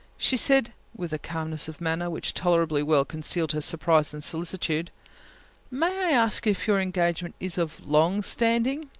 she said, with calmness of manner, which tolerably well concealed her surprise and solicitude may i ask if your engagement is of long standing?